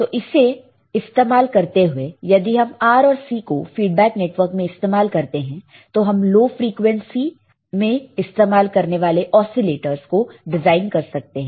तो इसे इस्तेमाल करते हुए यदि हम R और C को फीडबैक नेटवर्क में इस्तेमाल करते हैं तो हम लो फ्रिकवेंसी में इस्तेमाल करने वाले ओसीलेटरस को डिजाइन कर सकते हैं